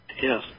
yes